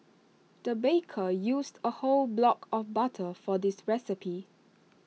the baker used A whole block of butter for this recipe